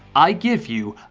i give you